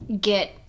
get